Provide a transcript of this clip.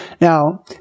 Now